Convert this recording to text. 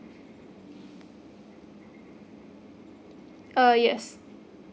uh yes